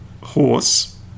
horse